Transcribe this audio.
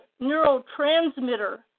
neurotransmitter